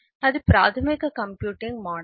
అది ప్రాథమిక computing model